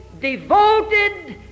devoted